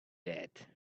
that